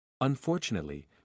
Unfortunately